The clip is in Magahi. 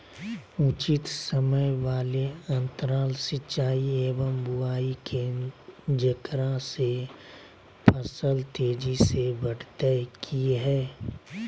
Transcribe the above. उचित समय वाले अंतराल सिंचाई एवं बुआई के जेकरा से फसल तेजी से बढ़तै कि हेय?